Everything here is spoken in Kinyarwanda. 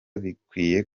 bikwiye